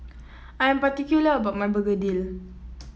I'm particular about my begedil